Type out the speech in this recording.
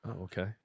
Okay